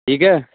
ਠੀਕ ਹੈ